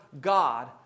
God